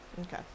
Okay